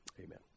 Amen